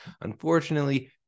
Unfortunately